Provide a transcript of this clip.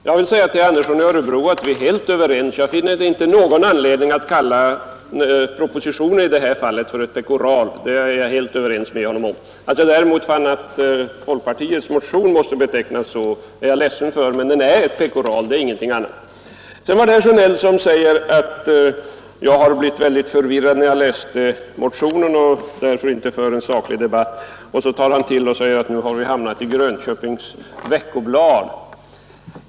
Herr talman! Vi är helt överens, herr Andersson i Örebro. Jag finner i det här fallet inte någon anledning att kalla propositionen för ett pekoral. Jag är ledsen över att behöva beteckna folkpartiets motion som ett sådant, men den är inget annat än ett pekoral. Herr Sjönell påstod att jag hade sagt att jag blev förvirrad när jag läste hans motion och därför inte kunde föra en saklig debatt. Så tar han till och säger att jag i mitt anförande hamnade i Grönköpings Veckoblad.